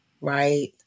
right